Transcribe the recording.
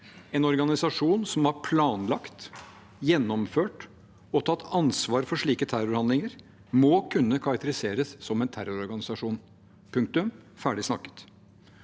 En organisasjon som har planlagt, gjen nomført og tatt ansvar for slike terrorhandlinger, må kunne karakteriseres som en terrororganisasjon – punktum, ferdig snakket.